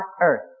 earth